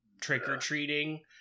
trick-or-treating